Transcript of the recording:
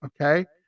okay